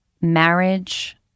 marriage